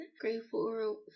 grateful